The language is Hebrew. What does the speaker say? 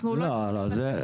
אנחנו לא נדע לתת על זה מענה.